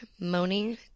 moaning